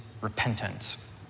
repentance